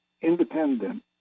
independent